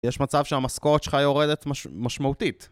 יש מצב שהמשכורת שלך יורדת משמעותית